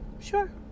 Sure